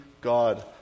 God